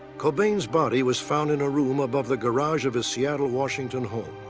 cobain's body was found in a room above the garage of his seattle, washington home.